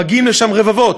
מגיעים לשם רבבות.